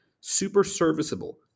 super-serviceable